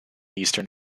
eastern